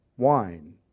wine